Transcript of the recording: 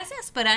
איזה הסברה?